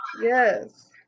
Yes